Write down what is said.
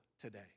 today